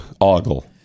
ogle